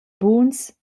buns